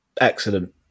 Excellent